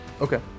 Okay